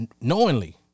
knowingly